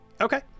Okay